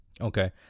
Okay